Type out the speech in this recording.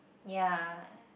ya